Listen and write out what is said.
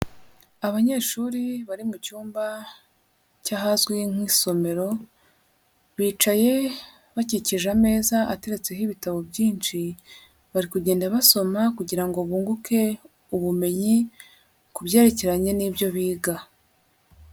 Abanyeshuri bari mu cyumba cy'ahazwi nk'isomero, bicaye bakikije ameza ateretseho ibitabo byinshi, bari kugenda basoma kugira ngo bunguke ubumenyi ku byerekeranye n'ibyo biga.